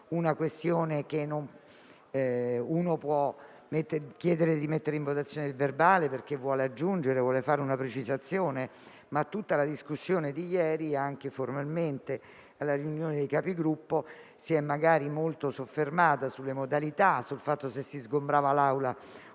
stenografico. Si può chiedere di mettere in votazione il verbale perché si vuole aggiungere una precisazione, ma tutta la discussione di ieri, anche formalmente, nella riunione dei Capigruppo si è magari soffermata sulle modalità, sul fatto se si sgombrava l'Aula